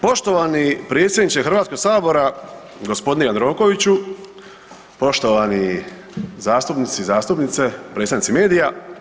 Poštovani predsjedniče Hrvatskog sabora, g. Jandrokoviću, poštovani zastupnici i zastupnice, predstavnici medija.